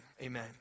amen